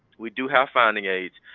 we do have finding aids.